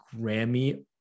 Grammy